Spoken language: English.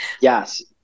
Yes